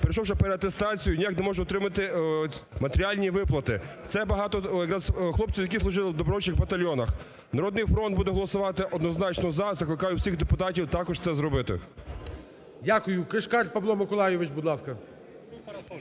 пройшовши переатестацію, ніяк не можуть отримати матеріальні виплати, це багато якраз хлопців, які служили в добровольчих батальйонах. "Народний фронт" буде голосувати однозначно "за". Закликаю всіх депутатів також це зробити. ГОЛОВУЮЧИЙ. Дякую. Кишкар Павло Миколайович, будь ласка.